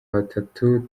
batatu